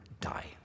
die